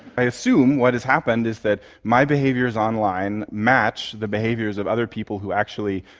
i assume what has happened is that my behaviours online match the behaviours of other people who actually,